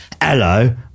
Hello